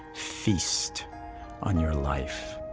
feast on your life.